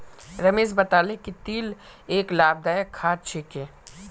रमेश बताले कि तिल एक लाभदायक खाद्य छिके